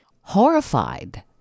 horrified